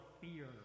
fear